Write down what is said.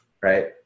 Right